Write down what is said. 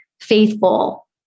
faithful